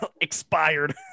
expired